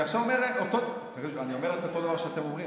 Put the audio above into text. אני עכשיו אומר את אותו דבר שאתם אומרים.